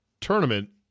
Tournament